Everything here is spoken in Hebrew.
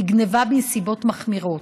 היא גנבה בנסיבות מחמירות?